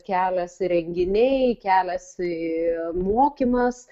keliasi renginiai keliasi mokymas